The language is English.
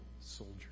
soldier